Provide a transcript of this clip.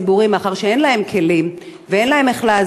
מאחר שאין להם כלים ואין להם איך לעזור,